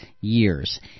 years